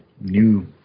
new